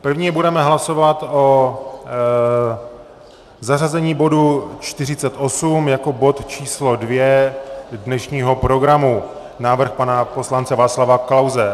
První budeme hlasovat o zařazení bodu 48 jako bod číslo 2 dnešního programu, návrh pana poslance Václava Klause.